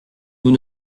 nous